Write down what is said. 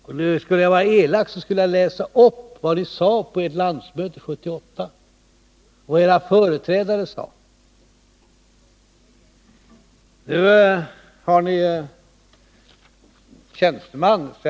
Om jag skulle vara elak skulle jag läsa upp vad ni sade på ert landsmöte 1978 och vad era företrädare sade. Ni har en tjänsteman som har skrivit en artikel.